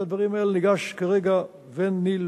את הדברים האלה ניגש כרגע ונלמד.